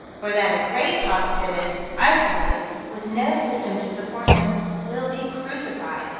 or that a great positivist isolated with no system to support him will be crucified,